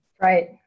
Right